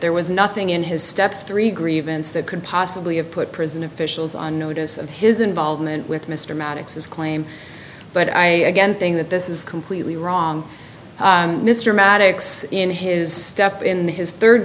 there was nothing in his step three grievance that could possibly have put prison officials on notice of his involvement with mr maddox's claim but i again thing that this is completely wrong mr maddox in his step in the his third